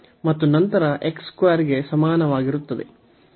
ಮತ್ತು ನಂತರ x 2 ಗೆ ಸಮಾನವಾಗಿರುತ್ತದೆ